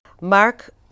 Mark